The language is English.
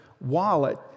wallet